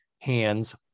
hands